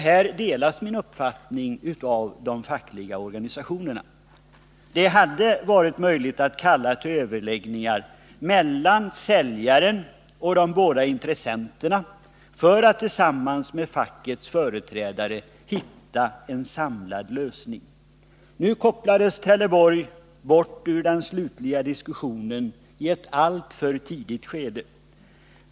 Här delas min uppfattning av de fackliga organisationerna. Det hade varit möjligt att kalla till överläggningar mellan säljaren och de båda intressenterna för att tillsammans med fackets företrädare hitta en samlad lösning. Nu kopplades emellertid Trelleborg bort ur den slutliga diskussionen i ett alltför tidigt skede.